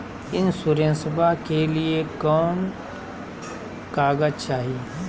इंसोरेंसबा के लिए कौन कागज चाही?